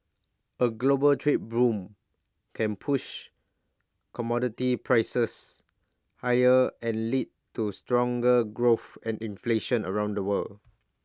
A global trade boom can push commodity prices higher and lead to stronger growth and inflation around the world